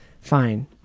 fine